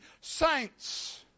saints